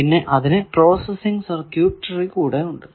പിന്നെ അതിനു processing circuit കൂടെ ഉണ്ട്